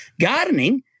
Gardening